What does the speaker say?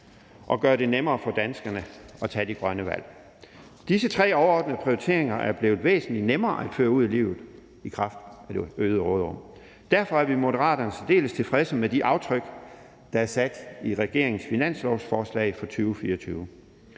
og gøre det nemmere for danskerne at tage de grønne valg. Disse tre overordnede prioriteringer er blevet væsentlig nemmere at føre ud i livet i kraft af det øgede råderum. Derfor er vi i Moderaterne særdeles tilfredse med de aftryk, der er sat i regeringens finanslovsforslag for 2024.